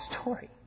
story